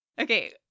Okay